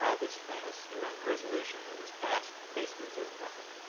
ah this famous un resolution that was passed basically says nothing.